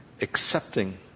accepting